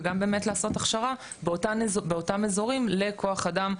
וגם באמת לעשות הכשרה באותם אזורים לכוח אדם,